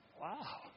wow